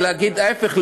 ולהפך,